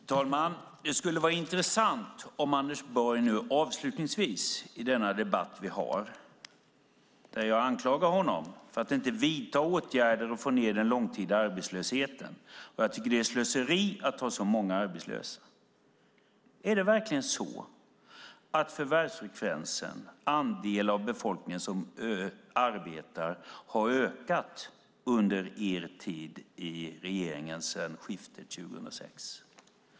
Herr talman! Det skulle vara intressant om Anders Borg avslutningsvis i denna debatt, där jag anklagar honom för att inte vidta åtgärder och få ned den långtida arbetslösheten, och jag tycker att det är slöseri att ha så många arbetslösa, svarar på några frågor. Är det verkligen så att förvärvsfrekvensen, den andel av befolkningen som arbetar, har ökat under er tid i regeringen sedan skiftet 2006?